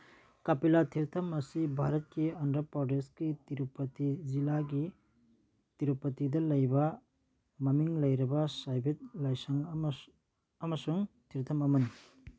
ꯀꯄꯤꯂꯥ ꯊꯦꯔꯇꯝ ꯑꯁꯤ ꯚꯥꯔꯠꯀꯤ ꯑꯟꯗ꯭ꯔ ꯄ꯭ꯔꯗꯦꯁꯀꯤ ꯇꯤꯔꯨꯄꯇꯤ ꯖꯤꯂꯥꯒꯤ ꯇꯤꯔꯨꯄꯇꯤꯗ ꯂꯩꯕ ꯃꯃꯤꯡ ꯂꯩꯔꯕ ꯁꯥꯏꯚꯤꯠ ꯂꯥꯏꯁꯪ ꯑꯃꯁꯨꯡ ꯊꯤꯔꯇꯝ ꯑꯃꯅꯤ